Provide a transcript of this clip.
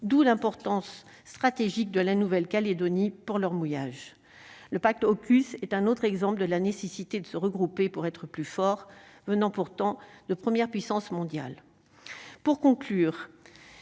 d'où l'importance stratégique de la Nouvelle-Calédonie pour leur mouillage le pacte AUKUS est un autre exemple de la nécessité de se regrouper pour être plus forts menant pourtant 2 premières puissances mondiales pour conclure,